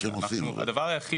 אני רק אגיד